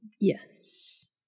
Yes